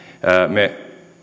me